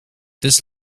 this